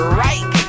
right